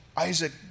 Isaac